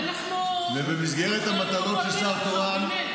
ובמסגרת המטלות של שר תורן,